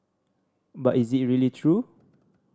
but is it really true